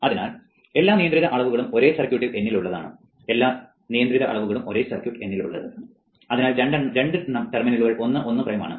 അതിനാൽ എല്ലാ നിയന്ത്രിത അളവുകളും ഒരേ സർക്യൂട്ട് N ൽ ഉള്ളതാണ് അതിൽ രണ്ടെണ്ണം ടെർമിനലുകൾ 1 1 പ്രൈം ആണ്